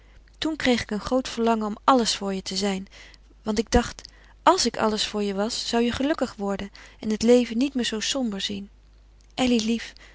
toen kreeg ik een groot verlangen om alles voor je te zijn want ik dacht àls ik alles voor je was zou je gelukkig worden en het leven niet meer zoo somber inzien elly lief